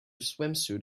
swimsuit